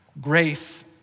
Grace